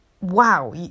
wow